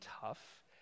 tough